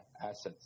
assets